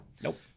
Nope